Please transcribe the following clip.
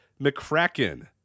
McCracken